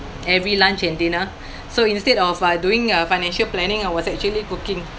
every lunch and dinner so instead of uh doing uh financial planning I was actually cooking